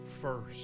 first